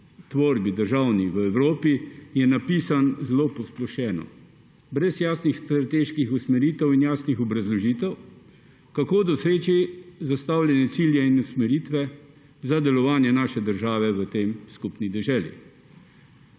tvorbi v Evropi, je napisan zelo posplošeno, brez jasnih strateških usmeritev in jasnih obrazložitev, kako doseči zastavljene cilje in usmeritve za delovanje naše države v tej skupni deželi.